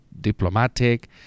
diplomatic